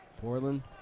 Portland